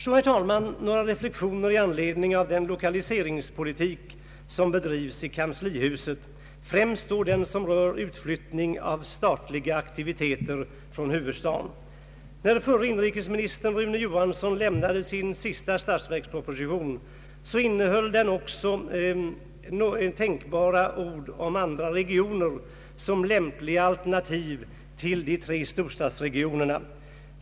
Så, herr talman, vill jag göra några reflexioner i anledning av den lokaliseringspolitik som bedrivs i kanslihuset, främst då den som rör utflyttning av statliga aktiviteter från huvudstaden. När förre inrikesministern Rune Johansson lämnade sin sista statsverksverksproposition innehöll den också tänkvärda ord om andra regioner såsom lämpliga alternativ till de tre storstadsregionerna.